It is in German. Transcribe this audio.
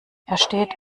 ersteht